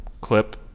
clip